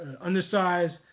undersized